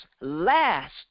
last